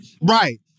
Right